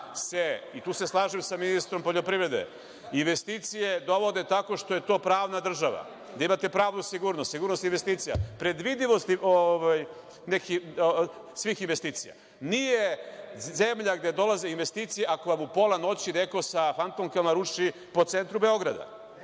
se, i tu se slažem sa ministrom poljoprivrede, investicije dovode tako što je to pravna država, da imate pravnu sigurnost, sigurnost investicija, predvidivosti svih investicija. Nije zemlja gde dolaze investicije ako vam u pola noći neko sa fantomkama ruši po centru Beograda.